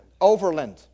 Overland